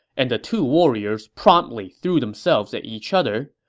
and the two warriors promptly threw themselves at each other.